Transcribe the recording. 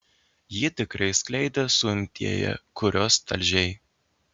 jį tikrai skleidė suimtieji kuriuos talžei